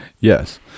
Yes